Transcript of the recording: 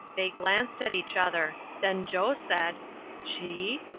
they glanced at each other. then joe said she?